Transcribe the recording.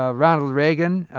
ah ronald reagan,